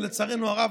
ולצערנו הרב,